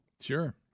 Sure